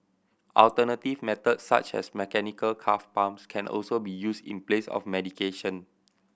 alternative methods such as mechanical calf pumps can also be use in place of medication